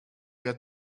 got